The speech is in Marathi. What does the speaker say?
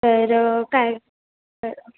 तर काय तर